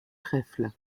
trèfle